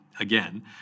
Again